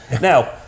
Now